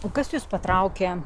o kas jus patraukė